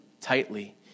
tightly